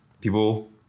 people